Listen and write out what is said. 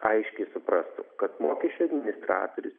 aiškiai suprastų kad mokesčių administratorius